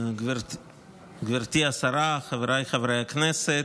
גברתי השרה, חבריי חברי הכנסת,